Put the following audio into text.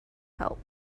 help